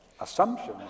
assumptions